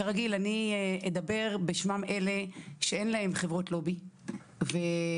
אני אדבר בשם כל אלו שאין להם חברות לובי ואני,